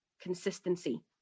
consistency